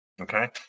okay